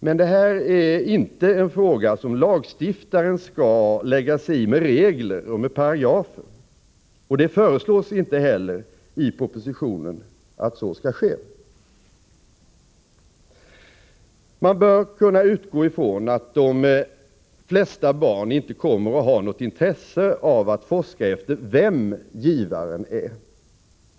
Men detta är inte en fråga som lagstiftaren skall lägga sig i med regler och paragrafer; det föreslås inte heller i propositionen att så skall ske. Man bör kunna utgå ifrån att de flesta barn inte kommer att ha något intresse av att forska efter vem givaren är.